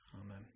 Amen